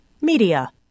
Media